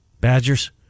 Badgers